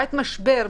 בעת משבר,